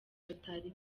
batari